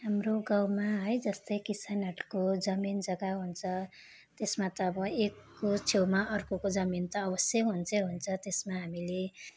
हाम्रो गाउँमा है जस्तै किसानहरूको जमिन जग्गा हुन्छ त्यसमा त अब एकको छेउमा अर्कोको जमिन त अवश्य हुन्छै हुन्छ त्यसमा हामीले